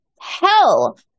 hell